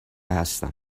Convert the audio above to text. هستم